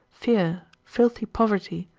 fear, filthy poverty,